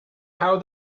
how